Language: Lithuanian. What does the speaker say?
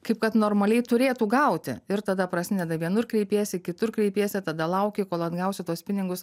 kaip kad normaliai turėtų gauti ir tada prasideda vienur kreipiesi kitur kreipiesi tada lauki kol atgausi tuos pinigus